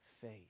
faith